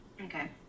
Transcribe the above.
Okay